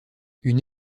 une